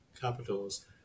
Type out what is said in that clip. capitals